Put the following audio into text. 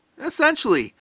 essentially